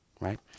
right